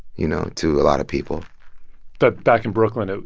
you know, to a lot of people but back in brooklyn, ah